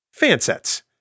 Fansets